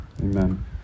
amen